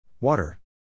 Water